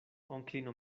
onklino